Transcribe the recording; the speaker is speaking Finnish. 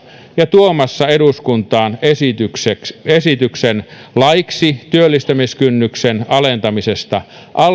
ja tuomassa eduskuntaan esityksen esityksen laiksi työllistämiskynnyksen alentamisesta